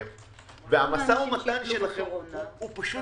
המשא ומתן שלכם הוא פשוט